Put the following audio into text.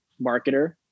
marketer